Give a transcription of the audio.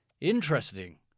interesting